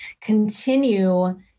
continue